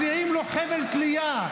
מציעים לו חבל תלייה,